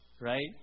right